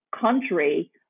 country